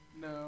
No